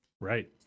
Right